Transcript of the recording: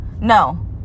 No